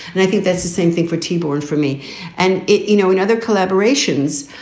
and i think that's the same thing for t-ball, and for me and, you know, in other collaborations,